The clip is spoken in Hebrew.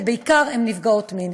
שהן בעיקר נפגעות מין.